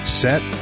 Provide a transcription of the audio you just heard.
set